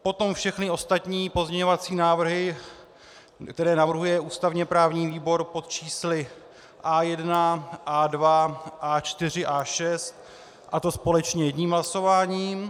Potom všechny ostatní pozměňovací návrhy, které navrhuje ústavněprávní výbor, pod čísly A1, A2, A4, A6, a to společně jedním hlasováním.